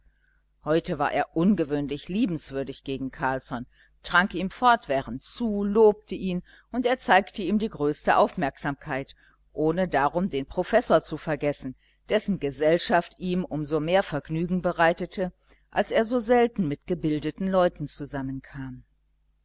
heute war er ungewöhnlich liebenswürdig gegen carlsson trank ihm fortwährend zu lobte ihn und er zeigte ihm die größte aufmerksamkeit ohne darum den professor zu vergessen dessen gesellschaft ihm um so mehr vergnügen bereitete als er so selten mit gebildeten leuten zusammenkam